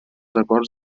acords